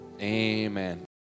amen